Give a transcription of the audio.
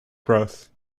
growth